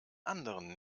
anderen